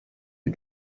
who